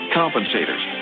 compensators